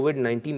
COVID-19